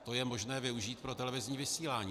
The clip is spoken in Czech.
To je možné využít pro televizní vysílání.